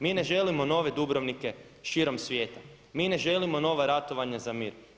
Mi ne želimo nove Dubrovnike širom svijeta, mi ne želimo nova ratovanja za mir.